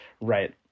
Right